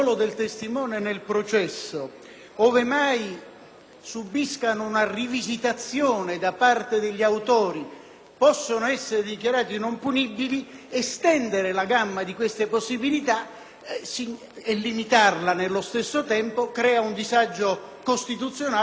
subiscano una rivisitazione da parte degli autori possono essere dichiarati non punibili, estendere la gamma di queste possibilità, e limitarla nello stesso tempo, crea un disagio costituzionale di tutta evidenza. Capisco che per ogni reato,